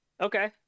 Okay